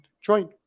join